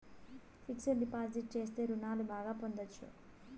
fixed deposit చేస్తే రుణాలు బాగా పొందొచ్చు